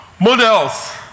models